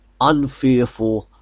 unfearful